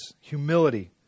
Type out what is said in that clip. humility